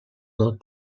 del